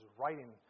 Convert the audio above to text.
writing